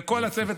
לכל הצוות,